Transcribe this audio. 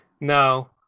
No